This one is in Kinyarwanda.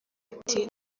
ati